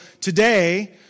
today